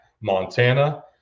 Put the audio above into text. Montana